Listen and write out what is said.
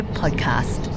podcast